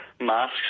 masks